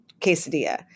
quesadilla